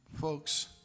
Folks